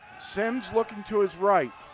simms looking to his right,